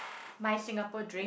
my Singapore dream